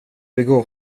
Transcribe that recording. begå